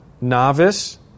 novice